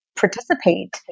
participate